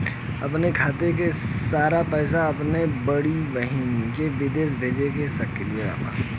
अपने खाते क सारा पैसा अपने बड़ी बहिन के विदेश भेज सकीला का?